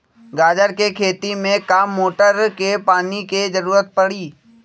गाजर के खेती में का मोटर के पानी के ज़रूरत परी?